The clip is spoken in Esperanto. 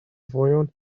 vojon